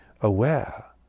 aware